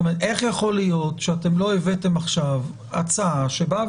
איך יכול להיות שלא הבאתם עכשיו הצעה שבאה